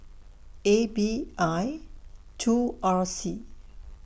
A B I two R C